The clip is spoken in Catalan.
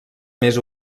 més